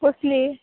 कसली